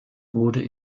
wurde